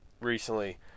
recently